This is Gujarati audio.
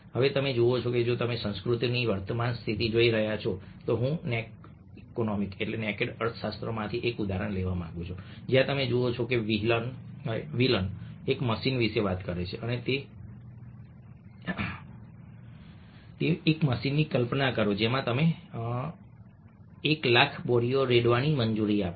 હવે તમે જુઓ છો કે જો તમે સંસ્કૃતિની વર્તમાન સ્થિતિ જોઈ રહ્યા છો તો હું નેકેડ ઈકોનોમિક્સનેકેડ અર્થશાસ્ત્રમાંથી એક ઉદાહરણ લેવા માંગુ છું જ્યાં તમે જુઓ છો કે વ્હીલન એક મશીન વિશે વાત કરે છે તે જુઓ કે એક મશીનની કલ્પના કરો જેમાં તમે 100000 બોરીઓ રેડવાની મંજૂરી આપો